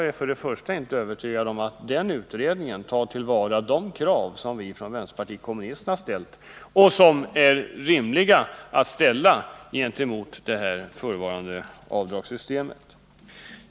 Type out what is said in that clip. Men jag är inte övertygad om att den utredningen kommer att beakta de krav som vi inom vänsterpartiet kommunisterna har framställt och som är rimliga att resa när det gäller det nuvarande avdragssystemet.